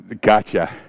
Gotcha